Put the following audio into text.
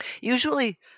Usually